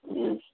ہوں